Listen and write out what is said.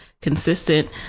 consistent